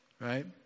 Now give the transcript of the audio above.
right